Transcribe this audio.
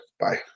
Bye